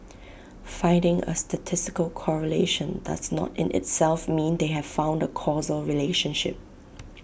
finding A statistical correlation does not in itself mean they have found A causal relationship